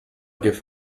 give